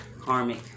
karmic